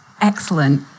Excellent